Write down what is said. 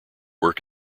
work